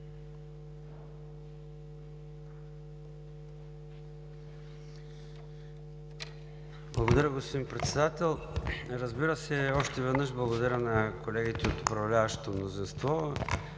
Благодаря, господин Председател. Разбира се, още веднъж благодаря на колегите от управляващото мнозинство,